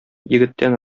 егеттән